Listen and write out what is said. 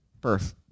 birth